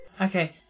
Okay